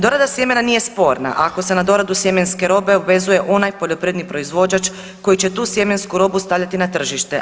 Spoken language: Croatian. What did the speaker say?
Dorada sjemena nije sporna ako se na doradu sjemenske robe obvezuje onaj poljoprivredni proizvođač koji će tu sjemensku robu stavljati na tržište.